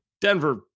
Denver